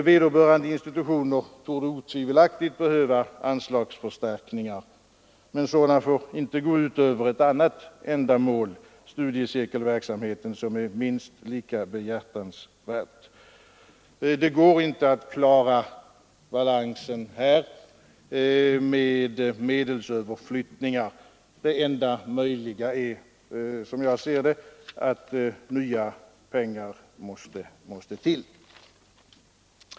Vederbörande institutioner torde otvivelaktigt behöva anslagsförstärkningar, men sådana får inte gå ut över ett annat ändamål, studiecirkelverksamheten, som är minst lika behjärtansvärt. Det går inte att klara balansen här med medelsöverflyttningar. Det enda möjliga är, som jag ser det, att nya pengar tas till.